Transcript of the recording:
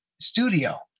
studio